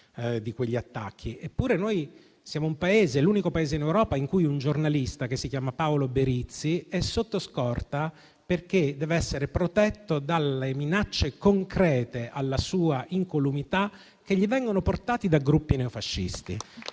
di quegli attacchi. Eppure, siamo l'unico Paese in Europa in cui un giornalista, che si chiama Paolo Berizzi, è sotto scorta, perché dev'essere protetto dalle minacce concrete alla sua incolumità che gli vengono rivolte precisamente da gruppi neofascisti.